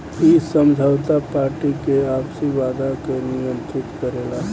इ समझौता पार्टी के आपसी वादा के नियंत्रित करेला